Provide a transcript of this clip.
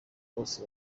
bose